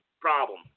problem